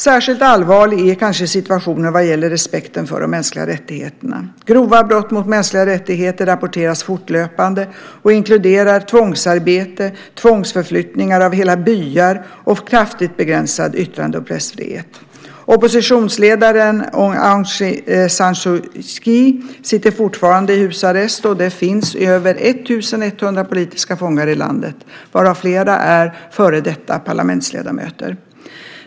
Särskilt allvarlig är kanske situationen vad gäller respekten för de mänskliga rättigheterna. Grova brott mot mänskliga rättigheter rapporteras fortlöpande och inkluderar tvångsarbete, tvångsförflyttningar av hela byar och kraftigt begränsad yttrande och pressfrihet. Oppositionsledaren Aung San Suu Kyi sitter fortfarande i husarrest och det finns över 1 100 politiska fångar i landet, varav flera är före detta parlamentsledamöter.